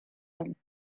him